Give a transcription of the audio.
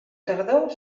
tardor